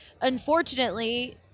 unfortunately